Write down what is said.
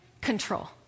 control